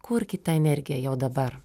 kurkit tą energiją jau dabar